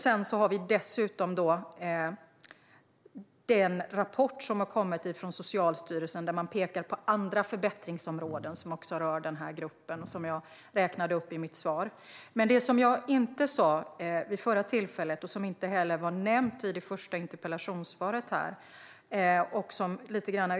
Vi har dessutom Socialstyrelsens rapport som pekar på andra förbättringsområden som rör denna grupp och som jag räknade upp i mitt svar. Det förslag som förs fram här om en expertgrupp tar jag givetvis med mig till Socialdepartementet som ett inspel.